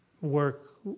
work